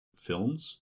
films